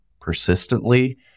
persistently